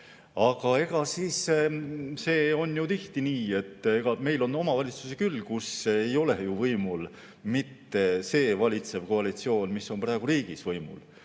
Aga see on ju tihti nii, meil on omavalitsusi küll, kus ei ole võimul mitte see valitsev koalitsioon, mis on praegu riigis võimul.